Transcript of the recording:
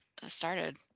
started